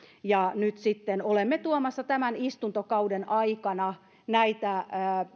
ja nyt sitten olemme tuomassa tämän istuntokauden aikana näitä